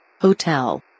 Hotel